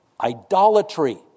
idolatry